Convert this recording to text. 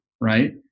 right